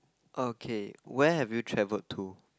okay where have you traveled to